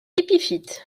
épiphyte